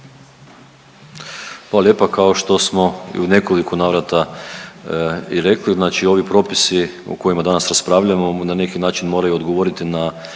Hvala lijepa. Kao što smo i u nekoliko navrata i rekli, znači ovi propisi o kojima danas raspravljamo, na neki način moraju odgovoriti na